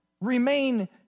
remain